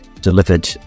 delivered